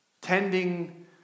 tending